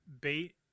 bait